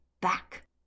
back